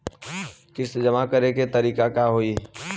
किस्त जमा करे के तारीख का होई?